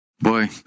Boy